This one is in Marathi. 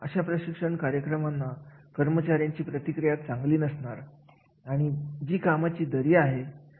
या सगळ्या कागदपत्रांवरून एखाद्या विशिष्ट कार्याची माहिती गोळा करता येऊ शकते